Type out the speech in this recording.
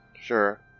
sure